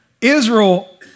Israel